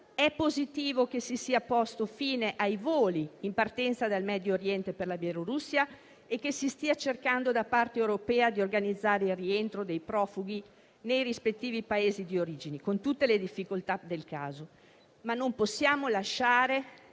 È positivo che si sia posto fine ai voli in partenza dal Medio Oriente per la Bielorussia e che si stia cercando da parte europea di organizzare il rientro dei profughi nei rispettivi Paesi di origine, con tutte le difficoltà del caso. Non possiamo lasciare,